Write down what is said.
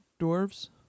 dwarves